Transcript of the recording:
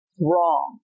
wrong